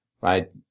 right